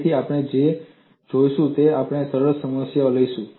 તેથી આપણે જે જોઈશું તે છે આપણે એક સરળ સમસ્યા લઈશું